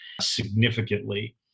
significantly